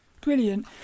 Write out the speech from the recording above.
brilliant